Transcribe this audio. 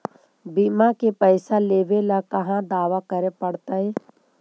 बिमा के पैसा लेबे ल कहा दावा करे पड़तै?